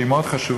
שהיא מאוד חשובה.